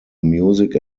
music